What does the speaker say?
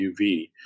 UV